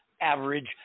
average